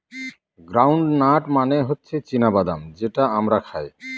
ground nut মানে হচ্ছে চীনা বাদাম যেটা আমরা খাই